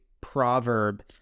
proverb